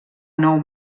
nou